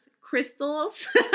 crystals